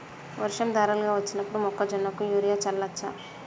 వర్షం ధారలుగా వచ్చినప్పుడు మొక్కజొన్న కు యూరియా చల్లచ్చా?